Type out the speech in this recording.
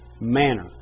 manner